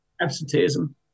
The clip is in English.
absenteeism